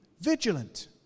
vigilant